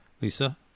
Lisa